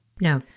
No